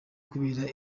kubera